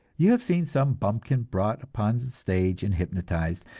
you have seen some bumpkin brought upon the stage and hypnotized,